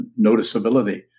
noticeability